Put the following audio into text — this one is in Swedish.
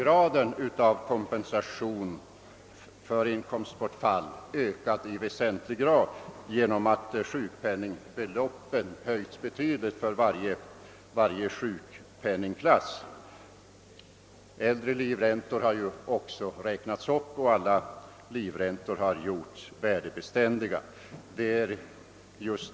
Vidare har graden av kompensation för inkomstbortfall ökat i väsentlig utsträckning genom ati sjukpenningbeloppen höjts betydligt för varje sjukpenningklass. Gamla livräntor har också räknats upp, och alla livräntor har gjorts värdebeständiga.